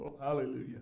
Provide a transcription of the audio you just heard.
hallelujah